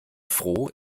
froh